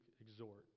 exhort